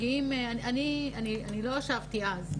אני לא ישבתי אז,